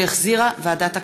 שהחזירה ועדת הכספים,